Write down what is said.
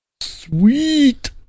sweet